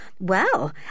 Well